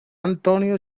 antonio